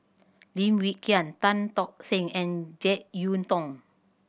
Lim Wee Kiak Tan Tock Seng and Jek Yeun Thong